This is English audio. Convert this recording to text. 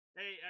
hey